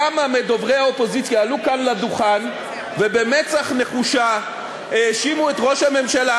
כמה מדוברי האופוזיציה עלו כאן לדוכן ובמצח נחושה האשימו את ראש הממשלה,